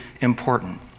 important